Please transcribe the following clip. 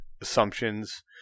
assumptions